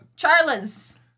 Charla's